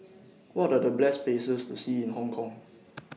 What Are The Best Places to See in Hong Kong